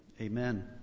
Amen